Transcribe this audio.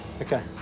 Okay